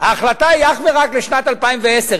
ההחלטה היא אך ורק לשנת 2010,